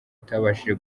atabashije